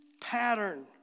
pattern